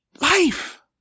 Life